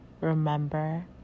remember